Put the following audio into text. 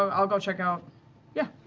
um i'll go check out yeah.